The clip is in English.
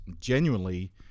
genuinely